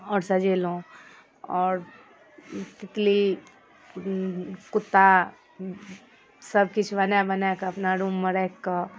आओर सजेलहुँ आओर तितली कुत्ता सबकिछु बना बनाकऽ अपना रूममे राखिकऽ